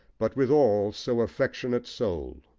but withal so affectionate soul.